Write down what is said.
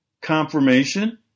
confirmation